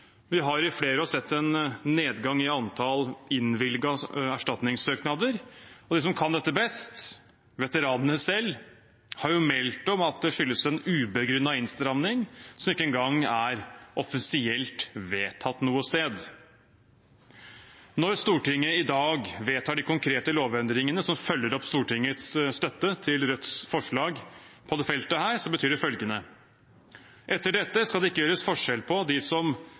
Vi har i flere år sett en nedgang i antall innvilgede erstatningssøknader, og de som kan dette best – veteranene selv – har meldt om at det skyldes en ubegrunnet innstramming som ikke engang er offisielt vedtatt noe sted. Når Stortinget i dag vedtar de konkrete lovendringene som følger opp Stortingets støtte til Rødts forslag på dette feltet, betyr det følgende: Etter dette skal det ikke gjøres forskjell på dem som